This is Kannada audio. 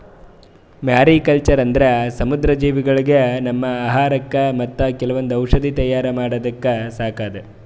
ಮ್ಯಾರಿಕಲ್ಚರ್ ಅಂದ್ರ ಸಮುದ್ರ ಜೀವಿಗೊಳಿಗ್ ನಮ್ಮ್ ಆಹಾರಕ್ಕಾ ಮತ್ತ್ ಕೆಲವೊಂದ್ ಔಷಧಿ ತಯಾರ್ ಮಾಡಕ್ಕ ಸಾಕದು